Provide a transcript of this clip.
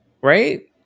right